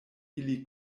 ili